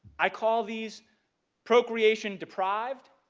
i call these procreation deprived,